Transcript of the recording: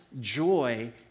joy